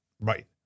right